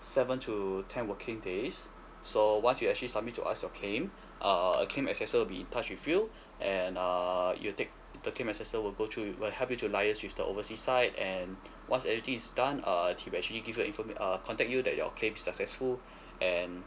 seven to ten working days so once you actually submit to us your claim uh claim accessor will be touch with you and err it'll take the claim accessor will go through wi~ will help you to liaise with the oversea site and once everything is done uh he will actually give you a info~ err contact you that your claim is successful and